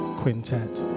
quintet